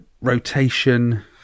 rotation